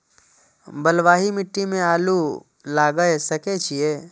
बलवाही मिट्टी में आलू लागय सके छीये?